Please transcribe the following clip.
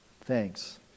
Thanks